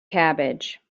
cabbage